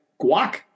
guac